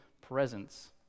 presence